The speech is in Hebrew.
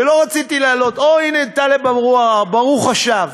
ולא רציתי לעלות, או, הנה טלב אבו עראר, ברוך השב,